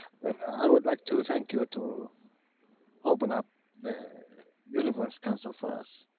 and i would like to thank you to open up the universal council for us,